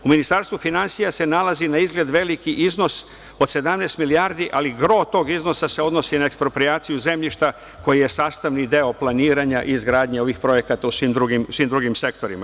U Ministarstvu finansija se nalazi, naizgled, veliki iznos od 17 milijardi, ali gro tog iznosa se odnosi na eksproprijaciju zemljišta koji je sastavni deo planiranja i izgradnje ovih projekata u svim drugim sektorima.